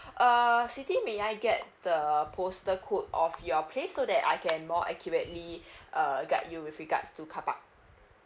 uh siti may I get the postal code of your place so that I can more accurately uh guide you with regards to carpark